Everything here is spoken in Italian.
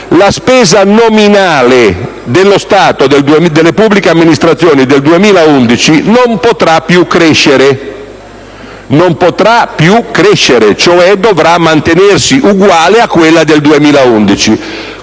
la spesa nominale delle pubbliche amministrazioni non potrà più crescere, cioè dovrà mantenersi uguale a quella del 2011.